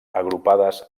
agrupades